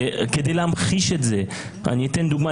כדי להמחיש את זה אני אתן דוגמה.